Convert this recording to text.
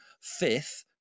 fifth